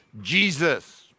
Jesus